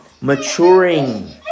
maturing